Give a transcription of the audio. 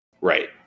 Right